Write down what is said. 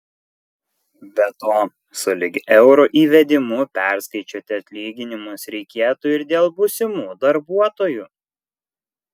be to sulig euro įvedimu perskaičiuoti atlyginimus reikėtų ir dėl būsimų darbuotojų